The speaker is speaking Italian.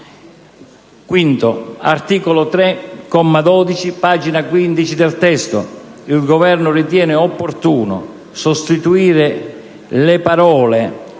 il Governo ritiene opportuno sostituire le parole: